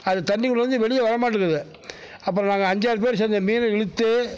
அது தண்ணிக்குள்ளேருந்து வெளியே வரமாட்டக்கிது அப்புறம் நாங்கள் அஞ்சாறு பேர் சேர்ந்து மீனை இழுத்து